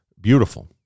beautiful